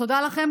תודה לכם,